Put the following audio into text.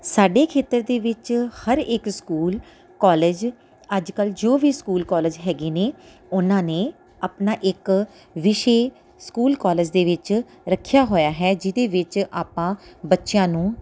ਸਾਡੇ ਖੇਤਰ ਦੇ ਵਿੱਚ ਹਰ ਇੱਕ ਸਕੂਲ ਕੋਲੇਜ ਅੱਜ ਕੱਲ੍ਹ ਜੋ ਵੀ ਸਕੂਲ ਕੋਲੇਜ ਹੈਗੇ ਨੇ ਉਨ੍ਹਾਂ ਨੇ ਆਪਣਾ ਇੱਕ ਵਿਸ਼ੇ ਸਕੂਲ ਕੋਲੇਜ ਦੇ ਵਿੱਚ ਰੱਖਿਆ ਹੋਇਆ ਹੈ ਜਿਹਦੇ ਵਿੱਚ ਆਪਾਂ ਬੱਚਿਆਂ ਨੂੰ